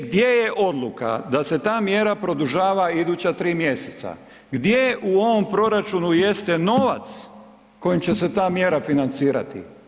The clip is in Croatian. Gdje je odluka da se ta mjera produžava iduća 3 mj., gdje je u ovom proračunu jeste novac kojim će se ta mjera financirati?